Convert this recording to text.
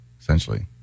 essentially